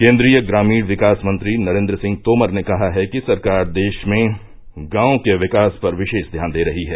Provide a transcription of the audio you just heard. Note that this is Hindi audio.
केन्द्रीय ग्रामीण विकास मंत्री नरेन्द्र सिंह तोमर ने कहा है कि सरकार देश में गांवों के विकास पर विशेष ध्यान दे रही है